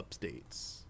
updates